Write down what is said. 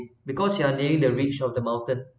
because you are nearing the reach of the mountain